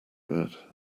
that